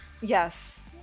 Yes